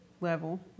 level